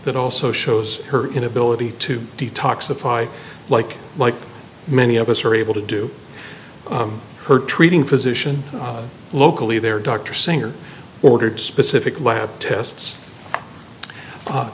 that also shows her inability to detoxify like like many of us are able to do her treating physician locally there dr singer ordered specific lab tests